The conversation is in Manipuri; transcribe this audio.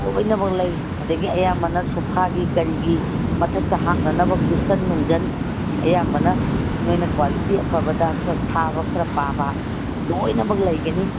ꯂꯣꯏꯅꯃꯛ ꯂꯩ ꯑꯗꯒꯤ ꯑꯌꯥꯝꯕꯅ ꯁꯣꯐꯥꯒꯤ ꯀꯔꯤꯒꯤ ꯃꯊꯛꯇ ꯍꯥꯞꯅꯅꯕ ꯀꯨꯁꯟ ꯅꯨꯡꯖꯟ ꯑꯌꯥꯝꯕꯅ ꯅꯣꯏꯅ ꯀ꯭ꯋꯥꯂꯤꯇꯤ ꯑꯐꯕꯗ ꯈꯔ ꯊꯥꯕ ꯈꯔ ꯄꯥꯕ ꯂꯣꯏꯅꯃꯛ ꯂꯩꯒꯅꯤ